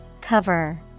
Cover